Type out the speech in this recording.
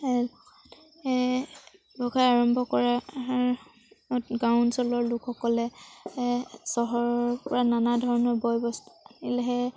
ব্যৱসায় আৰম্ভ কৰাত গাঁও অঞ্চলৰ লোকসকলে চহৰৰপৰা নানা ধৰণৰ বয়বস্তু আনিলেহে